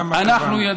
למה קבענו?